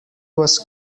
was